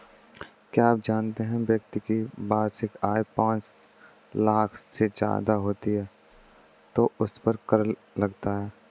क्या आप जानते है व्यक्ति की वार्षिक आय पांच लाख से ज़्यादा होती है तो उसपर कर लगता है?